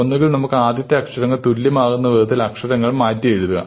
ഒന്നുകിൽ നമുക്ക് ആദ്യത്തെ അക്ഷരങ്ങൾ തുല്യമാകുന്ന വിധത്തിൽ അക്ഷരങ്ങൾ മാറ്റി എഴുതുക